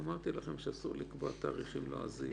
אמרתי לכם שאסור לקבוע תאריכים לועזיים.